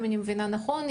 אם אני מבינה נכון,